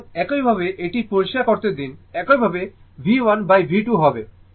সুতরাং একইভাবে এটি পরিষ্কার করতে দিন একইভাবে V1V2 হবে